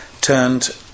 turned